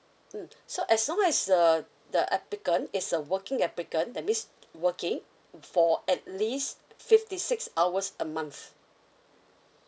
mm so as long as uh the applicant is a working applicant that means working for at least fifty six hours a month